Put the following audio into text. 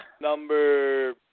number